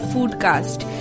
Foodcast